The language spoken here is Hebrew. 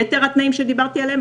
יתר התנאים שדיברתי עליהם,